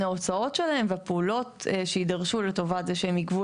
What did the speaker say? ההוצאות שלהם והפעולות שיידרשו לטובת זה שהם ייגבו